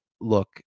look